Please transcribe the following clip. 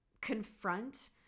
confront